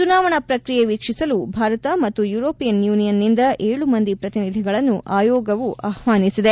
ಚುನಾವಣಾ ಪ್ರಕ್ರಿಯೆ ವೀಕ್ಷಿಸಲು ಭಾರತ ಮತ್ತು ಯುರೋಪಿಯನ್ ಯೂನಿಯನ್ ನಿಂದ ಏಳು ಮಂದಿ ಪ್ರತಿನಿಧಿಗಳನ್ನು ಆಯೋಗವು ಆಹ್ವಾನಿಸಿದೆ